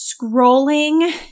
scrolling